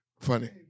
Funny